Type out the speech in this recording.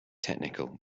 technical